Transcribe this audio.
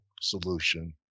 solution